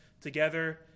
together